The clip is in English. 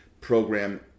program